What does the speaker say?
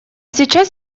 сейчас